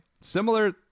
Similar